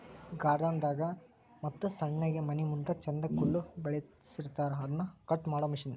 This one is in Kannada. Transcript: ಗಾರ್ಡನ್ ದಾಗ ಮತ್ತ ಸಣ್ಣಗೆ ಮನಿಮುಂದ ಚಂದಕ್ಕ ಹುಲ್ಲ ಬೆಳಸಿರತಾರ ಅದನ್ನ ಕಟ್ ಮಾಡು ಮಿಷನ್